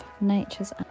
nature's